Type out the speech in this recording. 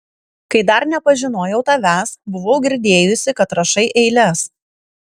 kai dar nepažinojau tavęs buvau girdėjusi kad rašai eiles